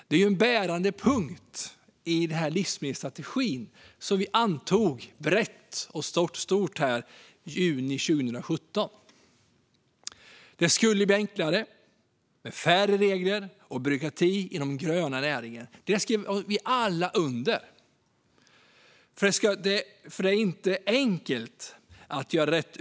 Det är ju en bärande punkt i livsmedelsstrategin, som vi antog brett och stort här i juni 2017. Det skulle bli enklare, med färre regler och mindre byråkrati i de gröna näringarna. Det skrev vi alla under på. Det är inte enkelt att göra rätt.